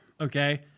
okay